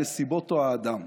הנסיבות או האדם?